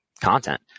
content